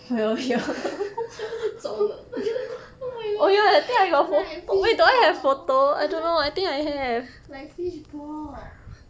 这不是肿 oh my god like fishball like fishball